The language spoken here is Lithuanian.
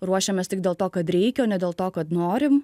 ruošiamės tik dėl to kad reikia o ne dėl to kad norim